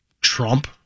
Trump